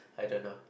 I don't know